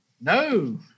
No